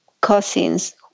cousins